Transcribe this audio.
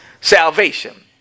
salvation